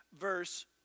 verse